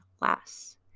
less